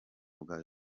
bwawe